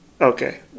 Okay